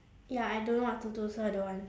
ya I don't know what to do so I don't want